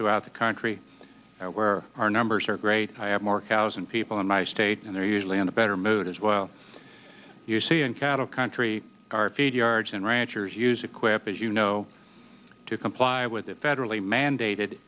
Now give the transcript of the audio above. throughout the country where our numbers are great i have more cows and people in my state and they're usually in a better mood as well you see in cattle country our feed yards and ranchers use equip as you know to comply with the federally mandated